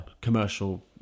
commercial